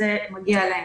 זה מגיע להם.